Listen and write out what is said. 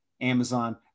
Amazon